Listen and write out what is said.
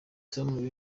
tonny